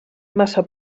massa